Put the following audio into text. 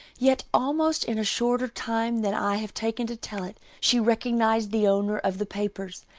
yet almost in a shorter time than i have taken to tell it, she recognized the owner of the papers.